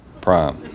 prime